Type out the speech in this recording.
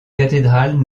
cathédrale